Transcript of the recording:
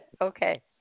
Okay